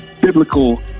biblical